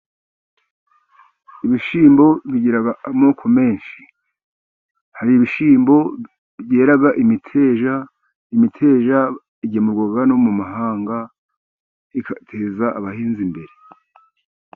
Ibishyimbo bigira amoko menshi. Hari ibishyimbo byera imiteja. Imiteja igemurwa no mu mahanga, igateza abahinzi imbere.